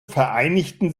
vereinigten